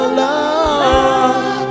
love